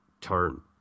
turn